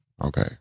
Okay